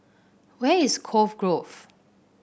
where is Cove Grove